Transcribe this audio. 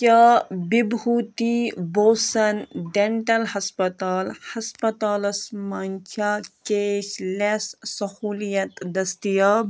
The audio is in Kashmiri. کیٛاہ ڈِبہوٗتی بھوٗسن ڈٮ۪نٛٹل ہسپتال ہسپتالَس منٛز چھےٚ کیش لٮ۪س سہوٗلیت دٔستیاب